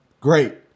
Great